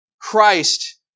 Christ